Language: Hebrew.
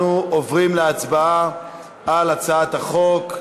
אנחנו עוברים להצבעה על הצעת החוק.